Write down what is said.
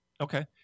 Okay